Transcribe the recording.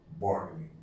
bargaining